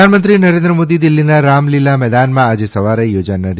પ્રધાનમંત્રી નરેન્દ્ર મોદી દિલ્હીના રામલીલા મેદાનમાં આજે સવારે યોજાનારી